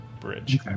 bridge